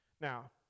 Now